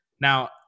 Now